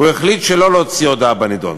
הוא החליט שלא להוציא הודעה בנדון.